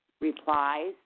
replies